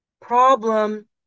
Problem